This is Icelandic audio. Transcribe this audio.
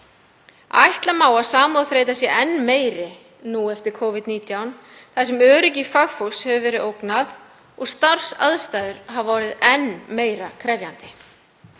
Ætla má að samúðarþreyta sé enn meiri eftir Covid-19 þar sem öryggi fagfólks hefur verið ógnað og starfsaðstæður hafa orðið enn meira krefjandi.